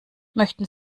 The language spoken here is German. möchten